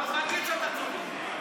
אז נגיד שאתה צודק.